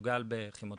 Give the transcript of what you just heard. גל בכימותרפיה,